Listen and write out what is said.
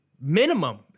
Minimum